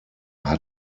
hat